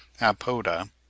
apoda